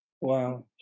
Wow